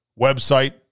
website